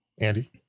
Andy